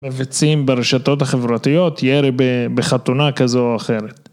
מבצעים ברשתות החברתיות יר בחתונה כזו או אחרת